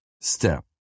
step